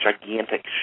gigantic